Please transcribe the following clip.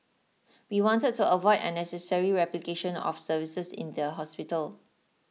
we wanted to avoid unnecessary replication of services in their hospital